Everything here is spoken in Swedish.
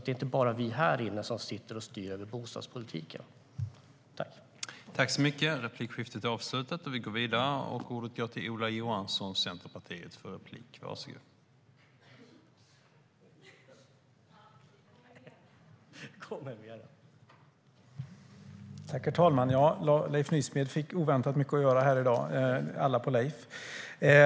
Det är inte bara vi här inne som sitter och styr över bostadspolitiken.